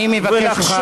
אני מבקש אותך,